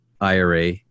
IRA